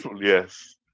yes